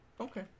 okay